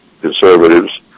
conservatives